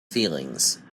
feelings